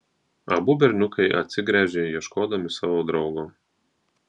abu berniukai atsigręžė ieškodami savo draugo